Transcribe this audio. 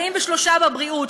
43 בבריאות,